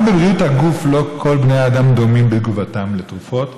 גם בבריאות הגוף לא כל בני האדם דומים בתגובתם לתרופות,